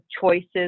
choices